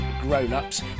grown-ups